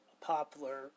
popular